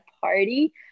party